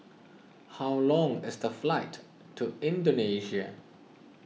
how long is the flight to Indonesia